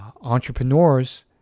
entrepreneurs